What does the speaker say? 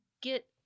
get